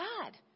God